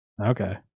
okay